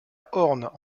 horn